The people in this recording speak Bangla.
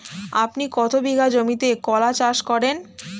আপনি কত বিঘা জমিতে কলা চাষ করেন?